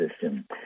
system